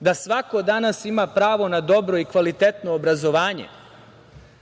da svako danas ima pravo na dobro i kvalitetno obrazovanje. To